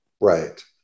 Right